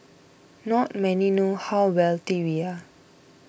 not many know how wealthy we are